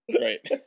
Right